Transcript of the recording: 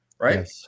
right